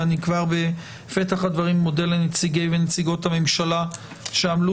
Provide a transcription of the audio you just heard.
ואני כבר בפתח הדברים מודה לנציגי ונציגות הממשלה שעמלו